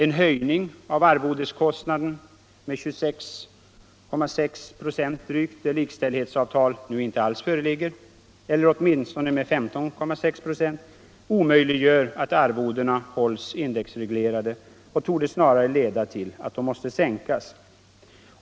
En höjning av arvodeskostnaden med drygt 26,6 96, där likställighetsavtal nu ej alls föreligger, eller åtminstone med 15,6 96 omöjliggör att arvodena hålls indexreglerade och torde snarare leda till att de måste sänkas.